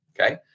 Okay